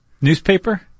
Newspaper